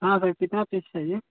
हाँ सर कितना पीस चाहिए